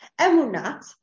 Emunat